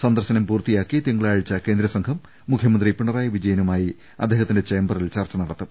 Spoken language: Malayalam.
സന്ദർശനം പൂർത്തിയാക്കി തിങ്കളാഴ്ച കേന്ദ്ര സംഘം മുഖ്യമന്ത്രി പിണറായി വിജയനുമായി അദ്ദേഹത്തിന്റെ ചേംബറിൽ ചർച്ച നടത്തും